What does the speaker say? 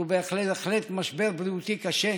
היא בהחלט משבר בריאותי קשה,